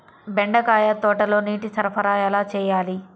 బెండకాయ తోటలో నీటి సరఫరా ఎలా చేయాలి?